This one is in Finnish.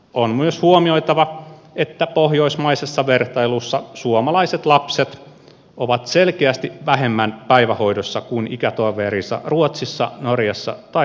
on myös huomioitava että pohjoismaisessa vertailussa suomalaiset lapset ovat selkeästi vähemmän päivähoidossa kuin ikätoverinsa ruotsissa norjassa tai tanskassa